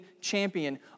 champion